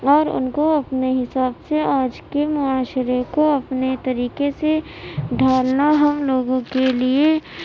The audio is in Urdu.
اور ان کو اپنے حساب سے آج کے معاشرہ کو اپنے طریقے سے ڈھالنا ہم لوگوں کے لیے